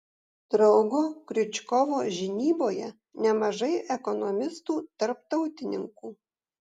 draugo kriučkovo žinyboje nemažai ekonomistų tarptautininkų